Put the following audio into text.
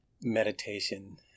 meditation